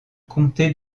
comté